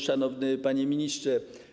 Szanowny Panie Ministrze!